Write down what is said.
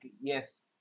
yes